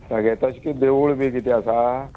सगे तश् की देवूळ बी कितें आसा